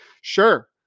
Sure